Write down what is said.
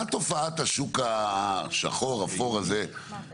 מה תופעת השוק השחור, האפור, בארץ?